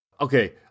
okay